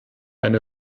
eine